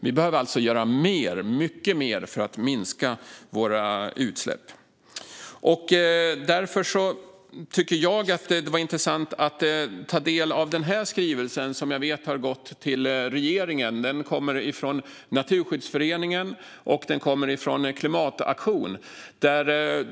Vi behöver alltså göra mycket mer för att minska våra utsläpp. Därför tycker jag att det var intressant att ta del av en skrivelse från Naturskyddsföreningen och Klimataktion som jag vet har gått till regeringen.